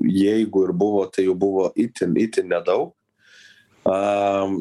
jeigu ir buvo tai jų buvo itin itin nedaug a